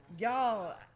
Y'all